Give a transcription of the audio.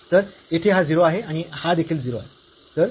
तर येथे हा 0 आहे आणि हा देखील 0 आहे